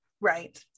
Right